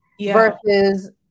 versus